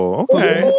okay